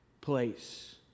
place